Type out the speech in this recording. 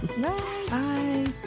Bye